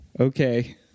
okay